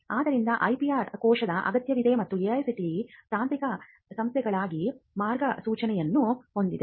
ಆದ್ದರಿಂದ IPR ಕೋಶದ ಅಗತ್ಯವಿದೆ ಮತ್ತು AICTE ತಾಂತ್ರಿಕ ಸಂಸ್ಥೆಗಳಿಗಾಗಿ ಮಾರ್ಗಸೂಚಿಗಳನ್ನು ಹೊಂದಿದೆ